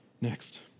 next